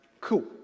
Cool